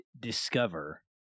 discover